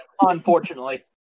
unfortunately